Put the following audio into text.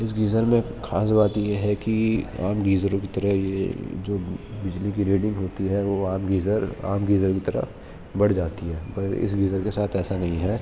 اس geyser میں خاص بات یہ ہے کہ عام گیزروں کی طرح یہ جو بجلی کی ریڈنگ ہوتی ہے وہ عام گیزر عام گیزر کی طرح بڑھ جاتی ہے پر اس گیزر کے ساتھ ایسا نہیں ہے